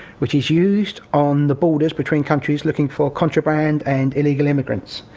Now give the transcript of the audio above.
which is used on the borders between countries, looking for contraband and illegal immigrants.